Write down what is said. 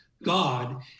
God